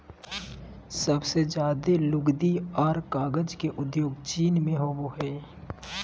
सबसे ज्यादे लुगदी आर कागज के उद्योग चीन मे होवो हय